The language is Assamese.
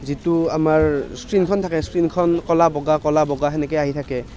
যিটো আমাৰ স্ক্ৰীণখন থাকে স্ক্ৰীণখন ক'লা বগা ক'লা বগা সেনেকৈ আহি থাকে